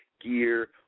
gear